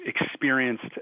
experienced